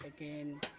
again